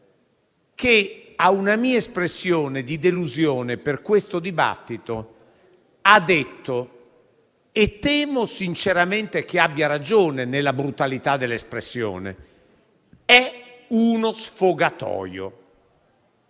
a una mia espressione di delusione per questo dibattito, ha detto - e temo sinceramente che abbia ragione, nella brutalità dell'espressione - che è uno sfogatoio.